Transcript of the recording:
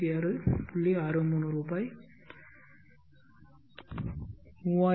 63 ரூபாய் 3019